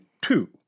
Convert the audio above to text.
two